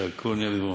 שהכול נהיה בדברו.